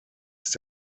ist